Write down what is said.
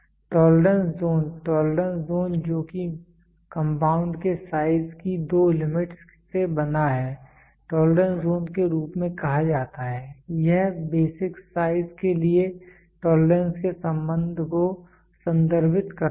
tolerance zone tolerance zone जो कि compound के साइज की दो लिमिटस् से बंधा है टॉलरेंस जोन के रूप में कहा जाता है यह बेसिक साइज के लिए टॉलरेंस के संबंध को संदर्भित करता है